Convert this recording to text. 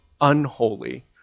unholy